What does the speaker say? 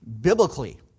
biblically